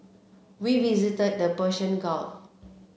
we visited the Persian Gulf